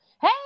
Hey